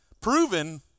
proven